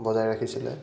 বজাই ৰাখিছিলে